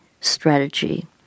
strategy